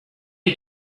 you